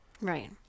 right